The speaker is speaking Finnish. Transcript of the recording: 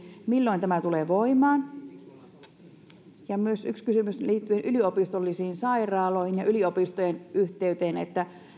milloin tämä tulee voimaan myös yksi kysymys liittyen yliopistollisiin sairaaloihin ja yliopistojen yhteyteen